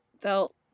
felt